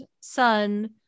son